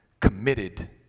committed